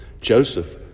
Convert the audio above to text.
Joseph